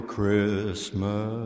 Christmas